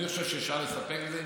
אני חושב שאפשר להסתפק בזה,